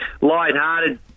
lighthearted